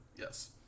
Yes